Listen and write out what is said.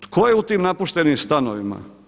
To je u tim napuštenim stanovima?